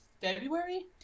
February